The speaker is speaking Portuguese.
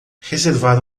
reservar